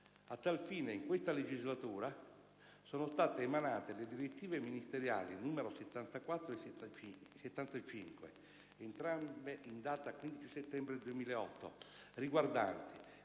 A tal fine, in questa legislatura, sono state emanate le direttive ministeriali nn. 74 e 75, entrambe in data 15 settembre 2008, riguardanti,